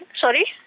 sorry